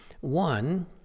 One